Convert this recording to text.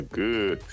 good